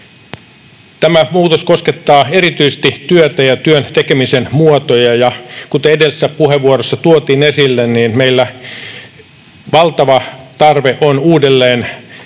Tämä muutos koskettaa erityisesti työtä ja työn tekemisen muotoja, ja kuten edellisessä puheenvuorossa tuotiin esille, meillä valtava tarve on uudelleen-,